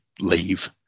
leave